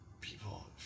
people